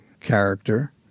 character